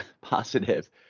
positive